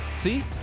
See